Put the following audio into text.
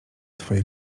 twoje